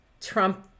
Trump